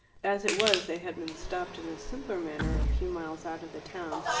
as it was, they had been stopped in a simpler manner a few miles out of the town.